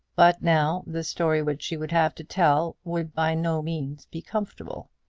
but now the story which she would have to tell would by no means be comfortable.